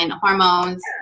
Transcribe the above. hormones